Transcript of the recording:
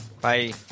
Bye